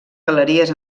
galeries